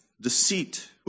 deceit